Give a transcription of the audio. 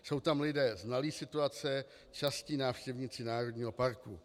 Jsou tam lidé znalí situace, častí návštěvníci národního parku.